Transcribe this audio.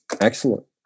Excellent